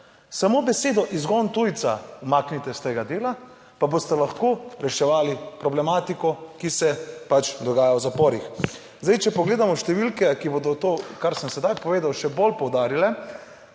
Samo besedo izgon tujca umaknite iz tega dela, pa boste lahko reševali problematiko, ki se pač dogaja v zaporih. Zdaj, če pogledamo številke, ki bodo to, kar sem sedaj povedal, še bolj poudarile.